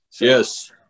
Yes